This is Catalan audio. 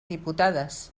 diputades